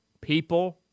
people